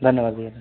धन्यवाद भैया